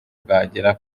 bwagera